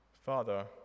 Father